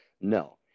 No